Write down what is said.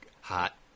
hot